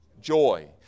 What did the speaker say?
Joy